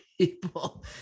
people